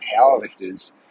powerlifters